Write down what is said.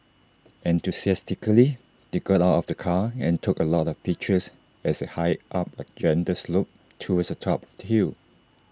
enthusiastically they got out of the car and took A lot of pictures as they hiked up A gentle slope towards the top of hill